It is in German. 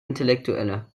intellektuelle